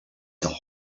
lethal